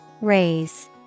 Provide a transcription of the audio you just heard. Raise